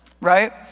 right